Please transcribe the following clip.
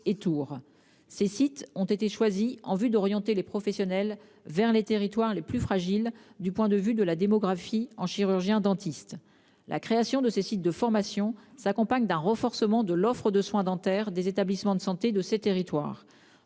Ces sites ont été choisis en vue d'orienter les professionnels vers les territoires les plus fragiles du point de vue de la démographie en chirurgiens-dentistes. La création de ces sites de formations s'accompagne d'un renforcement de l'offre de soins dentaires des établissements de santé de ces territoires.